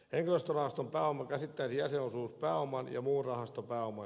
henkilöstörahaston pääoma käsittäisi jäsenosuuspääoman ja muun rahastopääoman